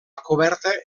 coberta